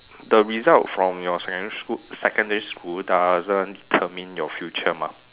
the result from your secondary secondary school doesn't determine your future mah